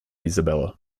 isabella